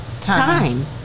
time